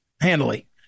handily